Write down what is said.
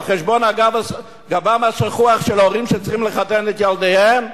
על חשבון גבם השחוח של ההורים שצריכים לחתן את ילדיהם,